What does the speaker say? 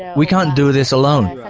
we can't do this alone.